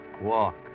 walk